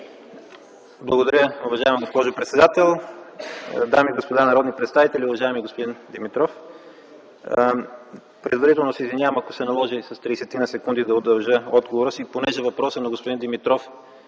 Благодаря, уважаема госпожо председател. Дами и господа народни представители, уважаеми господин Димитров! Предварително се извинявам, ако се наложи с тридесетина секунди да удължа отговора си, понеже въпросът на господин Димитров